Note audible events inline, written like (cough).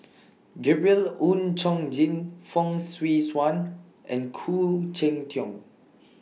(noise) Gabriel Oon Chong Jin Fong Swee Suan and Khoo Cheng Tiong